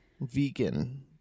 Vegan